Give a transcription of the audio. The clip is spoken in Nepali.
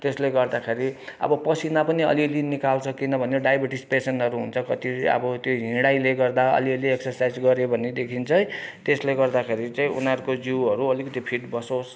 त्यसले गर्दाखेरि अब पसिना पनि अलि अलि निकाल्छ किनभने डायबेटिज पेसेन्टहरू हुन्छ कति अब त्यही हिँडाइले गर्दा अलि अलि एक्सरसाइज गर्यो भनेदेखि चाहिँ त्यसले गर्दाखेरि चाहिँ उनीहरूको जिउहरू अलिकति फिट बसोस्